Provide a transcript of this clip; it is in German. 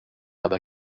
aber